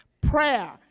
Prayer